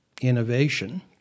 innovation